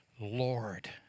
Lord